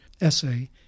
essay